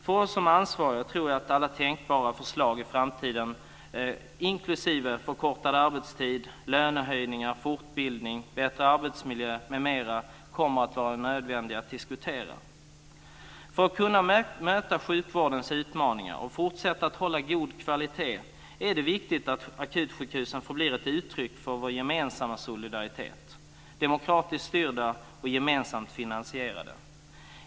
För oss som är ansvariga tror jag att det i framtiden kommer att vara nödvändigt att diskutera alla tänkbara förslag - inklusive förkortad arbetstid, lönehöjningar, fortbildning, bättre arbetsmiljö m.m. För att kunna möta sjukvårdens utmaningar och för att fortsätta att hålla en god kvalitet är det viktigt att akutsjukhusen förblir ett uttryck för vår gemensamma solidaritet - demokratiskt styrda och gemensamt finansierade!